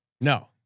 No